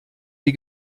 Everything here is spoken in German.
die